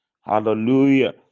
hallelujah